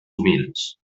humils